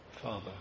Father